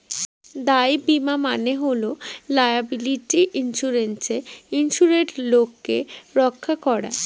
দায় বীমা মানে হল লায়াবিলিটি ইন্সুরেন্সে ইন্সুরেড লোককে রক্ষা করা